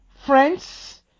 friends